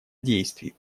действий